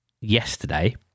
yesterday